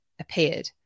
appeared